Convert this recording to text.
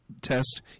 Test